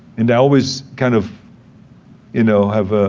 and i always kind of you know have